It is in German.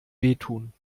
wehtun